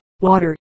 water